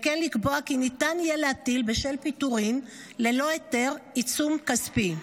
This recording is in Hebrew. וכן לקבוע כי ניתן יהיה להטיל בשל פיטורים ללא היתר עיצום כספי.